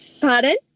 Pardon